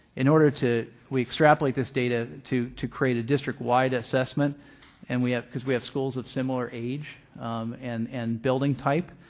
in order to we extrapolate this data to to create a district-wide assessment and we have because we have schools of similar age and and building type.